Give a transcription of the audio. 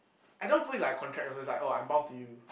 I don't put it like a contract also is like oh I'm bound to you